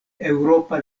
eŭropa